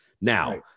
Now